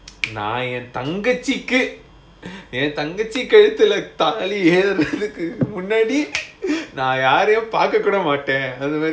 நான் என் தங்கச்சிக்கு என் தங்கச்சி கழுத்துல தாலி ஏறுறதுக்கு முன்னாடி நான் யாரையும் பார்க்ககூட மாட்டேன்:naan en thangachikku en thangachi kaluthula thali erurathukku munnaadi naan yarayum paarka kooda maattaen